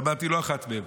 ושבת היא לא אחת מהן,